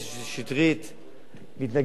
מתנגד לכל חוק